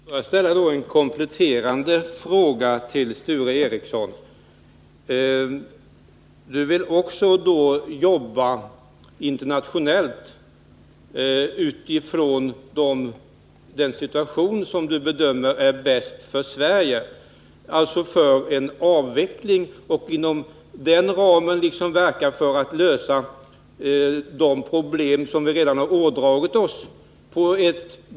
Herr talman! Får jag ställa en kompletterande fråga till Sture Ericson, om han då också vill jobba internationellt utifrån den situation som han bedömer vara bäst för Sverige, alltså för en avveckling, och inom den ramen på bästa sätt vill verka för att internationellt lösa de problem som vi redan har ådragit oss.